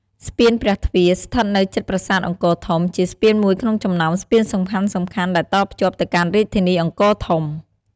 ស្ពានព្រះទ្វារ ស្ថិតនៅជិតប្រាសាទអង្គរធំ ជាស្ពានមួយក្នុងចំណោមស្ពានសំខាន់ៗដែលតភ្ជាប់ទៅកាន់រាជធានីអង្គរធំ។